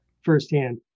firsthand